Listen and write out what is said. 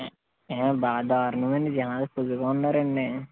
బాగా దారుణం అండి జనాలు ఫుల్గా ఉన్నారండి